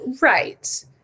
Right